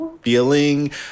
Feeling